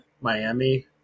Miami